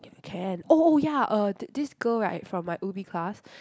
k~ can oh oh ya uh this this girl right from my Ubi class